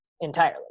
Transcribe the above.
entirely